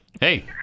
Hey